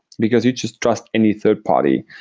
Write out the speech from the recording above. because you just trust any third party.